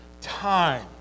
time